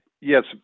Yes